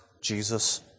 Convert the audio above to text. Jesus